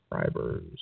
subscribers